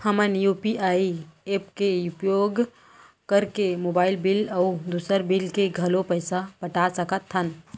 हमन UPI app के उपयोग करके मोबाइल बिल अऊ दुसर बिल के घलो पैसा पटा सकत हन